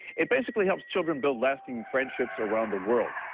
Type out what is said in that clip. it basically helps children build lasting friendships around the world.